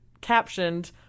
captioned